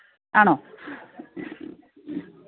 ആണോ